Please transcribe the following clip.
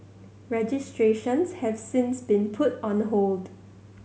registrations have since been put on hold